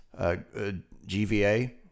GVA